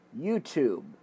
YouTube